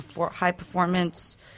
high-performance